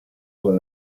con